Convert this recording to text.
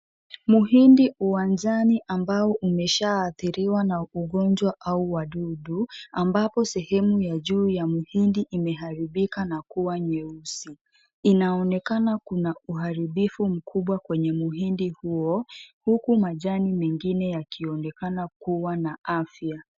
Mhindi wa jani ambao umesha athiriwa na ugonjwa au wadudu ambapo sehemu ya juu ya mhindi imeharibika na kuwa nyeusi inaonekana kuna uharibifu mkubwa kwenye mhindi huo huku majani mengine yakionwkana kuwa na afya.